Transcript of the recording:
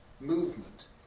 movement